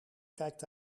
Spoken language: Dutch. kijkt